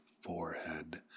forehead